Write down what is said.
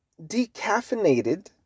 decaffeinated